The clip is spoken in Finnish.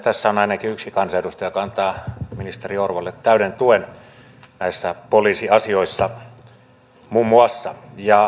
tässä on ainakin yksi kansanedustaja joka antaa ministeri orvolle täyden tuen muun muassa näissä poliisiasioissa